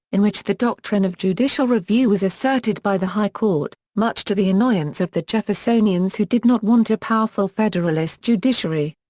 in which the doctrine of judicial review was asserted by the high court, much to the annoyance of the jeffersonians who did not want a powerful federalist judiciary.